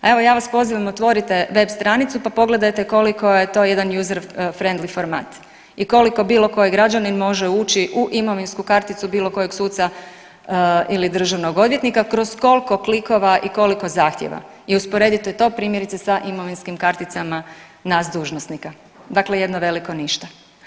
A evo ja vas pozivam otvorite web stranicu pa pogledajte koliko je to jedan user friendly format i koliko bilo koji građanin može ući u imovinsku karticu bilo kojeg suca ili državnog odvjetnika, kroz koliko klikova i koliko zahtjeva i usporedite to primjerice sa imovinskim karticama nas dužnosnika, dakle jedno veliko ništa.